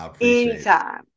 Anytime